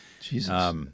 Jesus